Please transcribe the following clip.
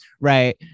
right